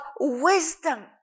wisdom